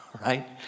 right